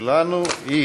שלנו היא